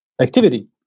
activity